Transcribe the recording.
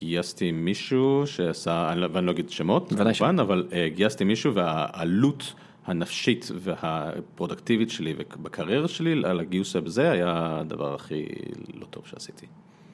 גייסתי מישהו שעשה, ואני לא אגיד שמות, כמובן, אבל גייסתי מישהו, והעלות הנפשית והפרודקטיבית שלי בקריירה שלי על הגיוס הזה היה הדבר הכי לא טוב שעשיתי.